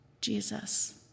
Jesus